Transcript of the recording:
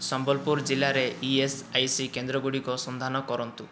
ସମ୍ବଲପୁର ଜିଲ୍ଲାରେ E S I C କେନ୍ଦ୍ରଗୁଡ଼ିକର ସନ୍ଧାନ କରନ୍ତୁ